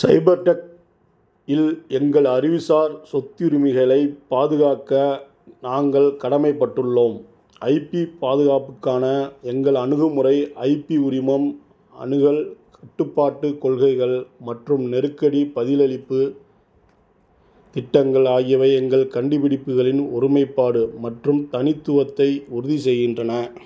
சைபர் tech இல் எங்கள் அறிவுசார் சொத்துரிமைகளை பாதுகாக்க நாங்கள் கடமைப்பட்டுள்ளோம் ஐபி பாதுகாப்புக்கான எங்கள் அணுகுமுறை ஐபி உரிமம் அணுகல் கட்டுப்பாட்டுக் கொள்கைகள் மற்றும் நெருக்கடி பதிலளிப்பு திட்டங்கள் ஆகியவை எங்கள் கண்டுபிடிப்புகளின் ஒருமைப்பாடு மற்றும் தனித்துவத்தை உறுதிசெய்கின்றன